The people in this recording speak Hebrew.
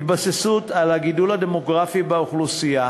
התבססות על הגידול הדמוגרפי באוכלוסייה